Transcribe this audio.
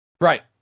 right